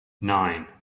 nine